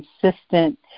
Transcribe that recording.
consistent